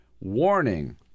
warning